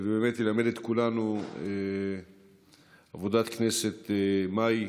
ובאמת ילמד את כולנו עבודת כנסת מהי.